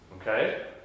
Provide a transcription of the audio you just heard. okay